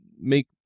make